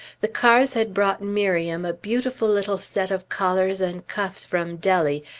the cars had brought miriam a beautiful little set of collars and cuffs from dellie,